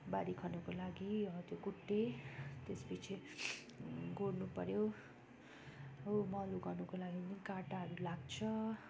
बारी खन्नको लागि कुटे त्यस पछि गोडनु पर्यो मल उघाउनको लागि पनि काँटाहरू लाग्छ